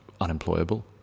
unemployable